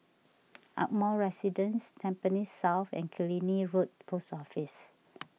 Ardmore Residence Tampines South and Killiney Road Post Office